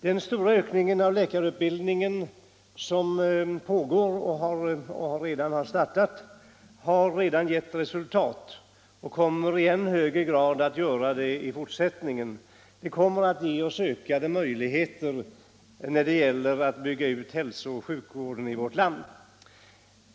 Den stora ökning av läkarutbildningen som har startat har redan givit resultat och kommer i än högre grad att göra det i fortsättningen. Det kommer att ge oss ökade möjligheter att bygga ut hälsooch sjukvården i vårt land.